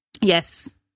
Yes